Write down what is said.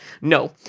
No